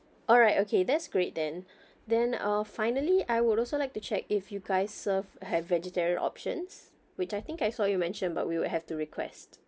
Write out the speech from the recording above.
alright okay that's great then then uh finally I would also like to check if you guys serve have vegetarian options which I think I saw you mention but we will have to request